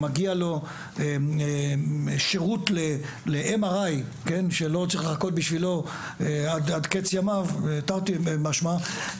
מגיע לו שירות ל-MRI שלא צריך לחכות בשבילו עד קץ ימיו תרתי משמע,